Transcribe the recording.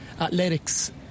athletics